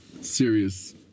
serious